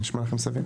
נשמע לכם סביר?